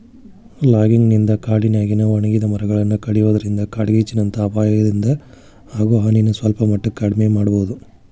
logging ನಿಂದ ಕಾಡಿನ್ಯಾಗಿನ ಒಣಗಿದ ಮರಗಳನ್ನ ಕಡಿಯೋದ್ರಿಂದ ಕಾಡ್ಗಿಚ್ಚಿನಂತ ಅಪಾಯದಿಂದ ಆಗೋ ಹಾನಿನ ಸಲ್ಪಮಟ್ಟಕ್ಕ ಕಡಿಮಿ ಮಾಡಬೋದು